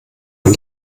von